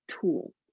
tool